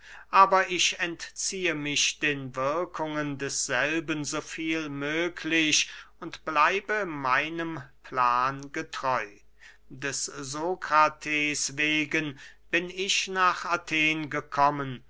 aber ich entziehe mich den wirkungen desselben so viel möglich und bleibe meinem plan getreu des sokrates wegen bin ich nach athen gekommen